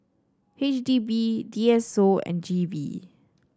H D B D S O and G V